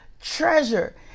treasure